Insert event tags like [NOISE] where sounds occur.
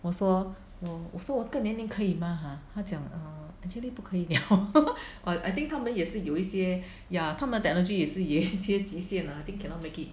我说我说我这个年龄可以吗 !huh! 他讲 err actually 不可以 lah [LAUGHS] I think 他们也是有一些 ya 他们 technology 也是有一些极限 lah think cannot make it